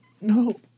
no